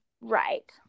Right